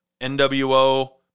NWO